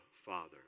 Father